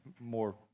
more